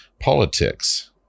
Politics